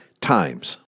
times